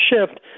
shift